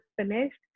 finished